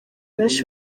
benshi